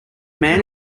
man